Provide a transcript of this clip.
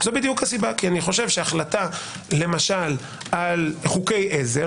זו הסיבה כי אני חושב שהחלטה על חוקי עזר,